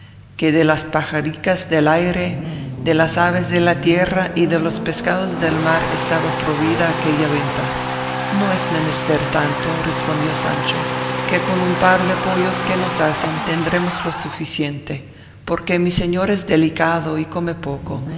que de las pajaricas del aire de las aves de la tierra y de los pescados del mar estaba proveída aquella venta no es menester tanto respondió sancho que con un par de pollos que nos asen tendremos lo suficiente porque mi señor es delicado y come poco